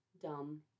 dumb